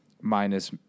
minus